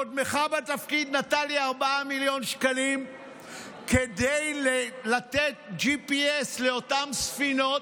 קודמך בתפקיד נתן לי 4 מיליון שקלים כדי לתת GPS לאותן ספינות,